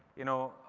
you know,